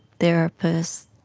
therapists,